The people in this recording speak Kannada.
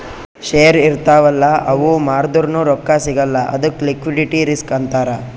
ಶೇರ್ ಇರ್ತಾವ್ ಅಲ್ಲ ಅವು ಮಾರ್ದುರ್ನು ರೊಕ್ಕಾ ಸಿಗಲ್ಲ ಅದ್ದುಕ್ ಲಿಕ್ವಿಡಿಟಿ ರಿಸ್ಕ್ ಅಂತಾರ್